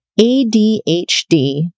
ADHD